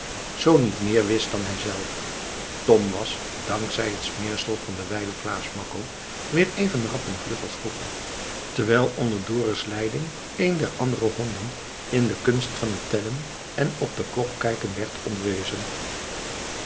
zoo niet meer wist dan hij zelf tom was dank zij het smeersel van wijlen klaas makko weer even rap en vlug als vroeger terwijl onder dorus leiding een der andere honden in de kunst van het tellen en op de klok kijken werd onderwezen